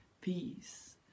peace